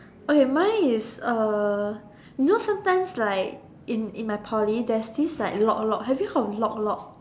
okay mine is uh you know sometimes like in in my Poly there's this like lok-lok have you heard of lok-lok